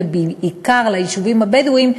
בעיקר ליישובים הבדואיים,